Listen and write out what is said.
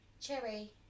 cherry